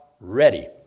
ready